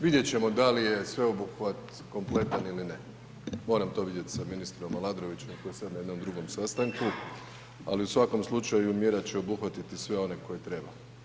Vidjet ćemo da li je sveobuhvat kompletan ili ne, moram to vidjet sa ministrom Aladrovićem koji je sada na jednom drugom sastanku, ali u svakom slučaju mjera će obuhvatiti sve one koje treba.